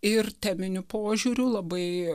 ir teminiu požiūriu labai